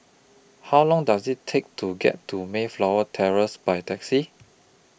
How Long Does IT Take to get to Mayflower Terrace By Taxi